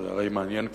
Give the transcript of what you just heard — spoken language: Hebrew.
זה הרי מעניין כאן,